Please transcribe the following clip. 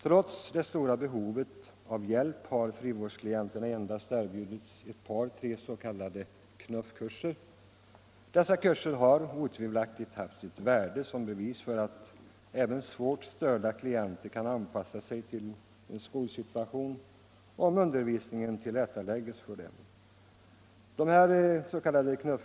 Trots det stora behovet av hjälp har frivårdsklienterna endast erbjudits ett par tre s.k. KNUFF-kurser. Dessa kurser har otvivelaktigt haft sitt värde som bevis för att även svårt störda klienter kan anpassa sig till en skolsituation, om undervisningen tillrättaläggs för dem.